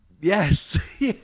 Yes